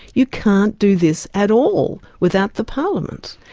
you can't do this at all without the parliament.